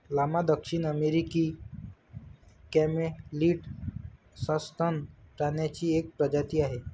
llama दक्षिण अमेरिकी camelid सस्तन प्राण्यांची एक प्रजाती आहे